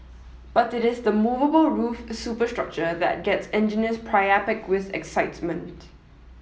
but it is the movable roof superstructure that gets engineers priapic with excitement